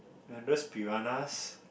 aren't those piranhas